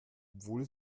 obwohl